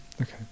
Okay